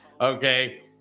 Okay